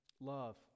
love